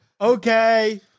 Okay